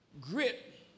grit